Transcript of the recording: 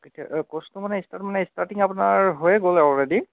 কেতিয়া কোৰ্ছটো মানে ষ্টাৰ্ট মানে ষ্টাৰ্টিং আপোনাৰ হৈয়ে গ'ল অলৰেডি